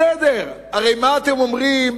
בסדר, הרי מה אתם אומרים